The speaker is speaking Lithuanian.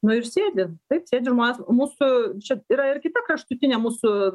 nu ir sėdi taip sėdi žmonės mūsų čia yra ir kita kraštutinė mūsų